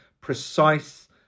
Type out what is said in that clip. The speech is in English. precise